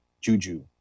Juju